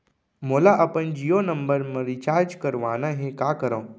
मोला अपन जियो नंबर म रिचार्ज करवाना हे, का करव?